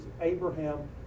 Abraham